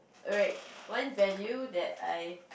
alright one value that I